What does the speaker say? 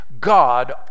God